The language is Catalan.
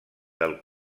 del